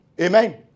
Amen